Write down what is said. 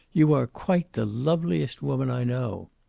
you are quite the loveliest woman i know.